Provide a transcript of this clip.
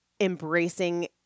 embracing